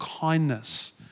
kindness